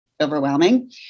overwhelming